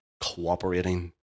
cooperating